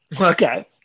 Okay